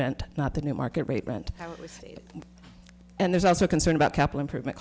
rent not the new market rate rent and there's also concern about capital improvement